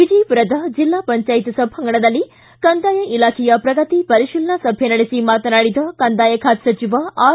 ವಿಜಯಪುರದ ಜಿಲ್ಲಾ ಪಂಚಾಯತ್ ಸಭಾಂಗಣದಲ್ಲಿ ಕಂದಾಯ ಇಲಾಖೆಯ ಪ್ರಗತಿ ಪರಿಶೀಲನಾ ಸಭೆ ನಡೆಸಿ ಮಾತನಾಡಿದ ಕಂದಾಯ ಖಾತೆ ಸಚಿವ ಆರ್